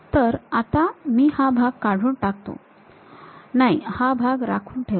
तर आता मी हा भाग काढून टाकतो नाही हा भाग राखून ठेवतो